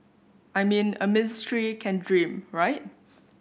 I mean a ministry can dream right